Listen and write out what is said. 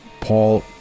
Paul